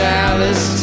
Dallas